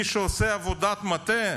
מישהו עושה עבודת מטה?